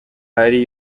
ari